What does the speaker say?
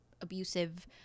abusive